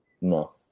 No